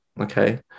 okay